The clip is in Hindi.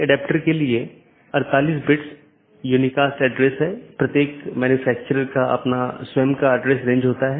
गम्यता रीचैबिलिटी की जानकारी अपडेट मेसेज द्वारा आदान प्रदान की जाती है